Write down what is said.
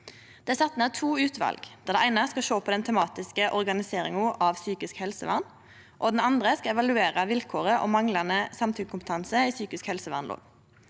Det er sett ned to utval. Det eine skal sjå på den tematiske organiseringa av psykisk helsevern, og det andre skal evaluere vilkåret om manglande samtykkekompetanse i psykisk helsevernloven.